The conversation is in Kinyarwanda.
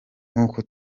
nkuko